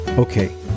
Okay